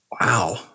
Wow